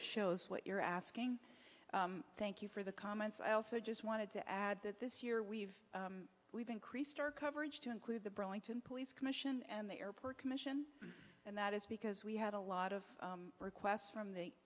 shows what you're asking thank you for the comments i also just wanted to add that this year we've we've increased our coverage to include the burlington police commission and the airport commission and that is because we had a lot of requests from the